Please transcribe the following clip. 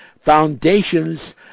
foundations